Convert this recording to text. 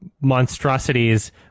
monstrosities